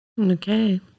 Okay